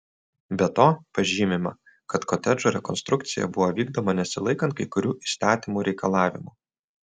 be to pažymima kad kotedžų rekonstrukcija buvo vykdoma nesilaikant kai kurių įstatymų reikalavimų